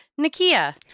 Nakia